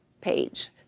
page